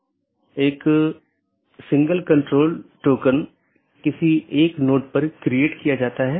गम्यता reachability की जानकारी update message द्वारा आदान प्रदान की जाती है